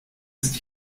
ist